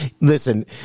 listen